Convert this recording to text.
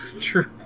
true